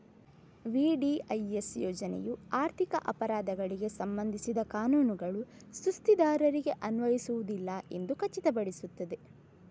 VDIS ಯೋಜನೆಯು ಆರ್ಥಿಕ ಅಪರಾಧಗಳಿಗೆ ಸಂಬಂಧಿಸಿದ ಕಾನೂನುಗಳು ಸುಸ್ತಿದಾರರಿಗೆ ಅನ್ವಯಿಸುವುದಿಲ್ಲ ಎಂದು ಖಚಿತಪಡಿಸುತ್ತದೆ